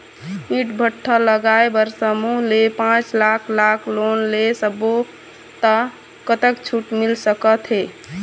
ईंट भट्ठा लगाए बर समूह ले पांच लाख लाख़ लोन ले सब्बो ता कतक छूट मिल सका थे?